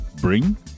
Bring